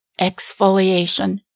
exfoliation